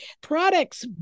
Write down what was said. products